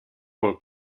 col